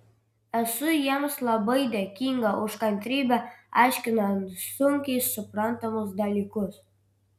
esu jiems labai dėkinga už kantrybę aiškinant sunkiai suprantamus dalykus